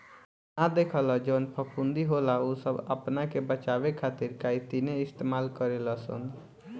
ना देखल जवन फफूंदी होला उ सब आपना के बचावे खातिर काइतीने इस्तेमाल करे लसन